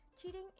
Cheating